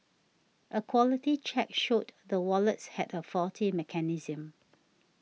a quality check showed the wallets had a faulty mechanism